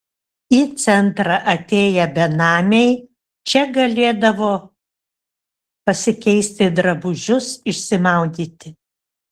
į centrą atėję benamiai čia galėdavo pasikeisti drabužius išsimaudyti